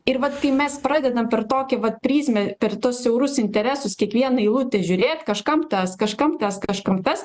ir vat kai mes pradedam per tokį vat prizmę per tuos siaurus interesus į kiekvieną eilutę žiūrėt kažkam tas kažkam tas kažkam tas